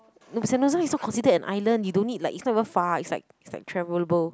Sentosa is not considered an island you don't need like it's not even far it's like it's like travelable